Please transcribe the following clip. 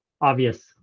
obvious